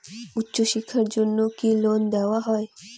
উচ্চশিক্ষার জন্য কি লোন দেওয়া হয়?